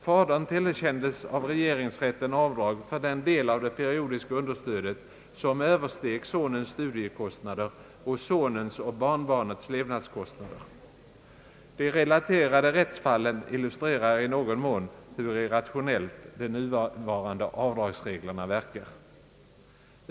Fadern till erkändes av regeringsrätten avdrag för den del av det periodiska understödet, som översteg sonens studiekostnader och sonens och barnbarnets levnadskostnader. De relaterade rättsfallen illustrerar i någon mån hur irrationellt de nuvarande avdragsreglerna verkar.